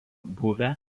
buvę